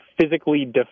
physically